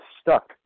stuck